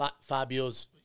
fabio's